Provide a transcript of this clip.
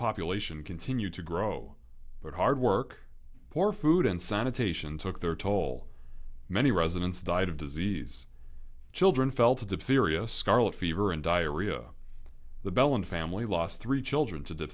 population continued to grow but hard work poor food and sanitation took their toll many residents died of disease children fell to diptheria scarlet fever and diarrhea the belen family lost three children to